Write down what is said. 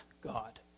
God